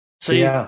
See